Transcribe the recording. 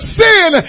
sin